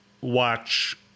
watch